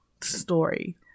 story